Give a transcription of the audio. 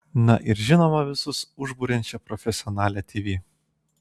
na ir žinoma visus užburiančią profesionalią tv